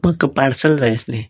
म्हाका पार्सल जाय आसले